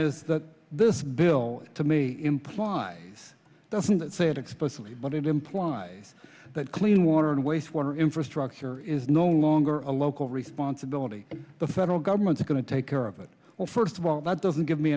is that this bill to me implies doesn't that say it explicitly but it implies that clean water and wastewater infrastructure is no longer a local responsibility and the federal government's going to take care of it well first of all that doesn't give me